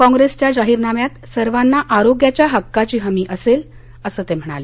कॉंग्रेसच्या जाहीरनाम्यात सर्वांना आरोग्याच्या हक्कची हमी असेल असं ते म्हणाले